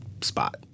spot